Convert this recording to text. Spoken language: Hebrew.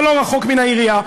זה לא רחוק מן העירייה.